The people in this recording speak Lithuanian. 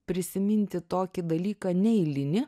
prisiminti tokį dalyką neeilinį